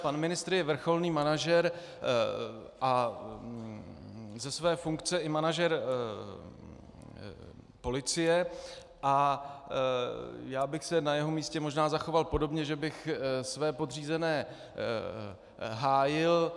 Pan ministr je vrcholný manažer a ze své funkce i manažer policie a já bych se na jeho místě možná zachoval podobně, že bych své podřízené hájil.